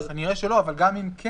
כנראה שלא, אבל גם אם כן